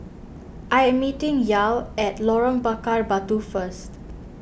I am meeting Yael at Lorong Bakar Batu first